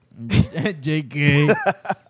JK